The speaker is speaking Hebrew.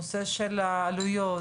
הנושא של עלויות,